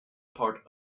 part